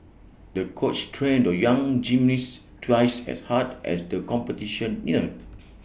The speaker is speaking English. the coach trained the young gymnast twice as hard as the competition neared